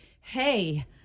hey